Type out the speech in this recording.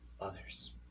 others